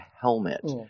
helmet